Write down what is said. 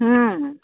ହଁ